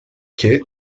quai